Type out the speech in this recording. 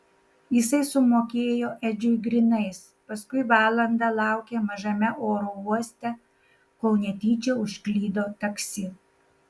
jisai sumokėjo edžiui grynais paskui valandą laukė mažame oro uoste kol netyčia užklydo taksi